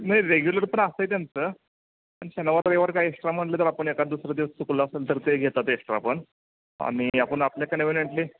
नाही रेग्युलर पण असतं आहे त्यांचं पण शनिवार रविवार काय एक्स्ट्रा म्हटलं तर आपण एखाद दुसरा दिवस चुकलं असेल तर ते घेतात एक्स्ट्रा पण आणि आपण आपल्या कन्विनियंटली